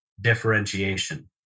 differentiation